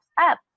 up